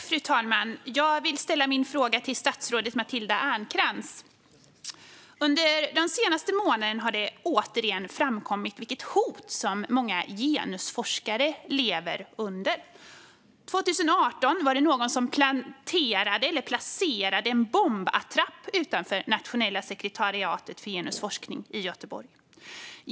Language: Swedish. Fru talman! Jag vill ställa min fråga till statsrådet Matilda Ernkrans. Under den senaste månaden har det återigen framkommit vilket hot som många genusforskare lever under. År 2018 var det någon som placerade en bombattrapp utanför Nationella sekretariatet för genusforskning i Göteborg.